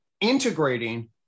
integrating